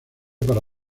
para